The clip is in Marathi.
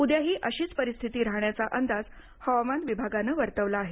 उद्याही अशीच परिस्थिती राहण्याचा अंदाज हवामान विभागानं वर्तवला आहे